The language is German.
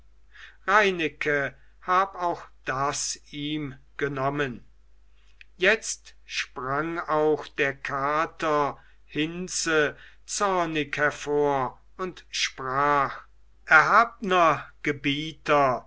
reineke hab auch das ihm genommen jetzt sprang auch der kater hinze zornig hervor und sprach erhabner gebieter